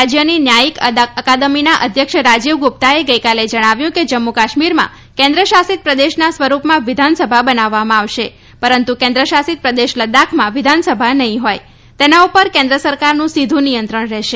રાજ્યની ન્યાયિક અકાદમીના અધ્યક્ષ રાજીવ ગુપ્તાએ ગઈકાલે જણાવ્યું કે જમ્મુ કાસ્મીરમાં કેન્દ્ર શાસિત પ્રદેશના સ્વરૂપમાં વિધાનસભા બનાવવામાં આવશે પરંતુ કેન્દ્ર શાસિત પ્રદેશ લદ્દાખમાં વિધાનસભા નહીં હોય તેના પર કેન્દ્ર સરકારનું સીધું નિયંત્રણ રહેશે